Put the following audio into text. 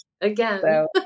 again